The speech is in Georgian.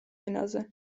ენაზე